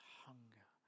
hunger